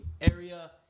area